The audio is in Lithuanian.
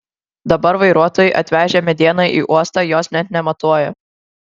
dabar vairuotojai atvežę medieną į uostą jos net nematuoja